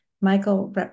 Michael